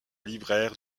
libraire